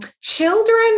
children